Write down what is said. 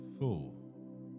full